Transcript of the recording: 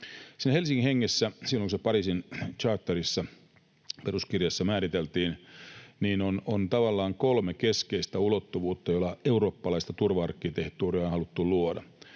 Helsingin hengessä, silloin kun se Pariisin charterissa, peruskirjassa, määriteltiin, on tavallaan kolme keskeistä ulottuvuutta, joilla eurooppalaista turva-arkkitehtuuria on haluttu luoda: